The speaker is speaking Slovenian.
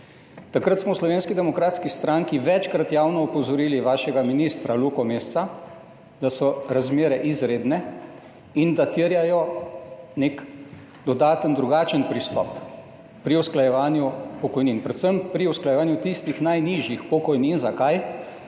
Takrat smo v Slovenski demokratski stranki večkrat javno opozorili vašega ministra Luko Mesca, da so razmere izredne in da terjajo nek dodaten, drugačen pristop pri usklajevanju pokojnin, predvsem pri usklajevanju tistih najnižjih pokojnin. Zakaj?